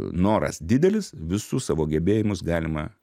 noras didelis visus savo gebėjimus galima